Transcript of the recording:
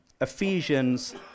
ephesians